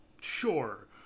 Sure